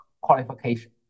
qualification